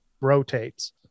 rotates